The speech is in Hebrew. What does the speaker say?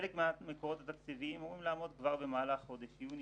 חלק מהמקורות התקציביים אמורים לעמוד כבר במהלך חודש יוני,